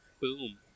Boom